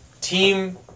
team